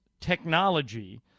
technology